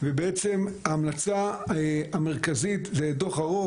ובעצם ההמלצה המרכזית זה דוח ארוך,